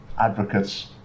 advocates